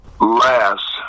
last